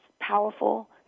powerful